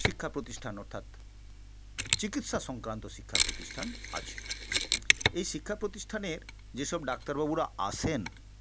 শিক্ষা প্রতিষ্ঠান অর্থাৎ চিকিৎসা সংক্রান্ত শিক্ষা প্রতিষ্ঠান আছে এই শিক্ষা প্রতিষ্ঠানের যেসব ডাক্তারবাবুরা আসেন